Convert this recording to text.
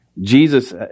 Jesus